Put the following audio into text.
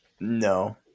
No